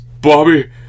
Bobby